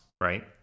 right